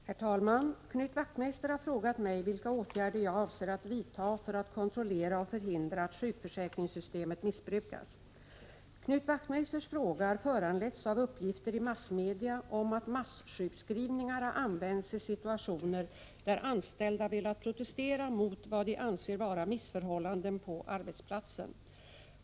Herr talman! Knut Wachtmeister har frågat mig vilka åtgärder jag avser att vidta för att kontrollera och förhindra att sjukförsäkringssystemet missbrukas. Knut Wachtmeisters fråga har föranletts av uppgifter i massmedia om att massjukskrivningar har använts i situationer där anställda velat protestera mot vad de anser vara missförhållanden på arbetsplatsen.